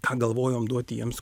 ką galvojom duoti jiems